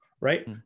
right